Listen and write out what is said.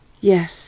Yes